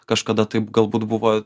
kažkada tai galbūt buvo